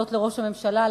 הודות לראש הממשלה,